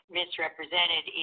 misrepresented